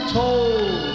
told